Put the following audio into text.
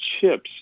chips